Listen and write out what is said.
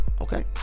okay